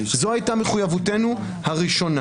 זו הייתה מחויבותנו הראשונה.